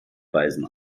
weisen